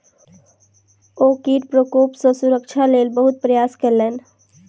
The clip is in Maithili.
ओ कीट प्रकोप सॅ सुरक्षाक लेल बहुत प्रयास केलैन